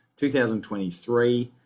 2023